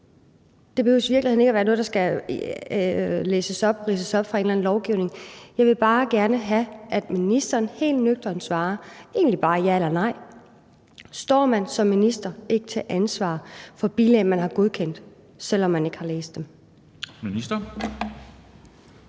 svaret behøver i virkeligheden ikke at være noget, der skal læses op, ridses op, fra en eller anden lovgivning. Jeg vil bare gerne have, at ministeren helt nøgternt svarer på, egentlig bare med et ja eller nej: Står man som minister ikke til ansvar for bilag, man har godkendt, selv om man ikke har læst dem?